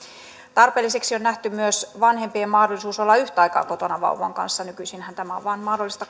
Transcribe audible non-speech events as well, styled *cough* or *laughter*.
tarpeelliseksi on nähty myös vanhempien mahdollisuus olla yhtä aikaa kotona vauvan kanssa nykyisinhän tämä on mahdollista *unintelligible*